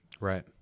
Right